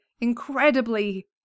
incredibly